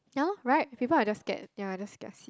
ya loh right people are just scared ya just get a seat